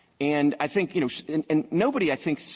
and i think, you know and nobody, i think,